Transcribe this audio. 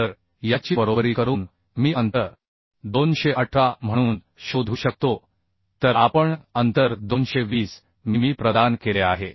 तर याची बरोबरी करून मी अंतर 218 म्हणून शोधू शकतो तर आपण अंतर 220 मिमी प्रदान केले आहे